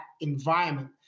environment